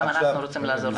גם אנחנו רוצים לעזור לך.